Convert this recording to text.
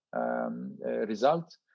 result